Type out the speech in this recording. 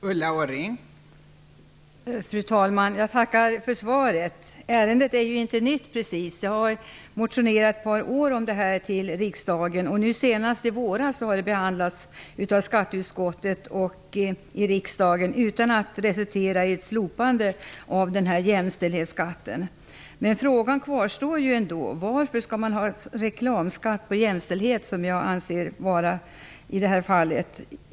Fru talman! Jag tackar för svaret. Ärendet är inte precis nytt. Jag har i många år motionerat i frågan till riksdagen. Nu senast i våras har frågan behandlats i riksdagen av skatteutskottet utan att resultera i ett slopande av denna Frågan kvarstår. Varför skall man ha reklamskatt på jämställdhet, vilket jag anser det vara i det här fallet?